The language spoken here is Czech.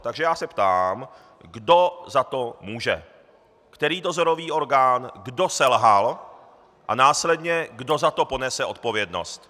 Takže já se ptám, kdo za to může, který dozorový orgán, kdo selhal a následně kdo za to ponese odpovědnost.